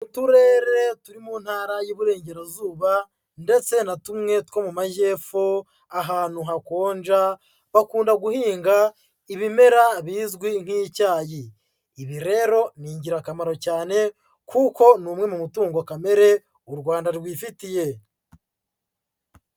Uturere turi mu ntara y'ububurengerazuba, ndetse na tumwe two mu majyepfo ahantu hakonja bakunda guhinga ibimera bizwi nk'icyayi. Ibi rero ni ingirakamaro cyane kuko ni umwe mu mutungo kamere u Rwanda rwifitiye.